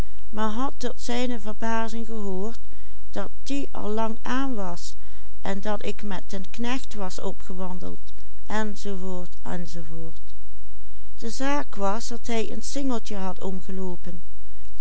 en dat ik met den knecht was opgewandeld enz enz de zaak was dat hij een singeltje had omgeloopen